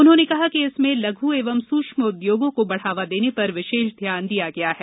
उन्होंने कहा कि इसमें लघु एवं सूक्ष्म उद्योगों को बढ़ावा देने पर विशेष ध्यान दिया गया है